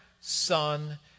Son